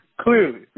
clearly